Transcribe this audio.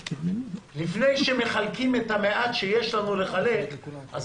לפני שמחלקים את המעט שיש לנו לחלק אז